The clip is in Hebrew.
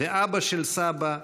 ואבא של סבא,